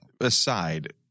aside